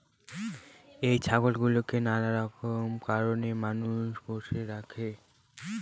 এই ছাগল গুলোকে নানান কারণে মানুষ পোষ্য রাখে